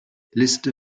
liste